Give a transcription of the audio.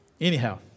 anyhow